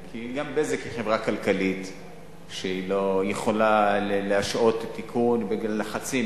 כי גם "בזק" היא חברה כלכלית שלא יכולה להשהות תיקון בגלל לחצים,